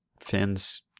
fans